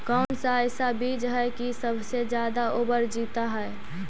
कौन सा ऐसा बीज है की सबसे ज्यादा ओवर जीता है?